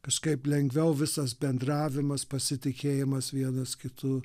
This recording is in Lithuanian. kažkaip lengviau visas bendravimas pasitikėjimas vienas kitu